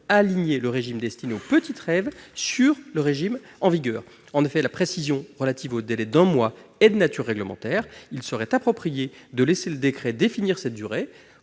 aligner le régime destiné aux « petites » raves sur le régime en vigueur. En effet, la précision relative au délai d'un mois est de nature réglementaire. Il serait approprié de laisser le décret définir cette durée,